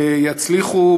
ויצליחו,